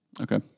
Okay